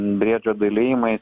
briedžio dalijimai